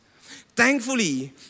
Thankfully